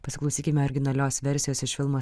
pasiklausykime originalios versijos iš filmo